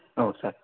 औ सार